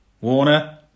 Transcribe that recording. Warner